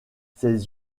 ces